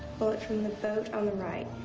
bullet from the boat on the right.